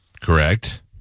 Correct